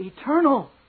Eternal